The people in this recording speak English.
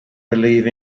believe